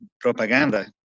propaganda